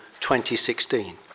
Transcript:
2016